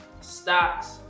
stocks